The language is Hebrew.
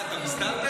מה אתה מסתלבט?